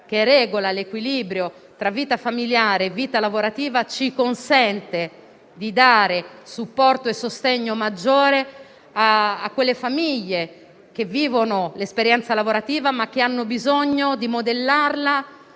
che regola l'equilibrio tra vita familiare e vita lavorativa, ci consente di dare supporto e sostegno maggiore a quelle famiglie che vivono l'esperienza lavorativa, ma che hanno bisogno di modellarla